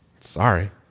sorry